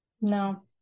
no